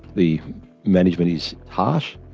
the management is harsh.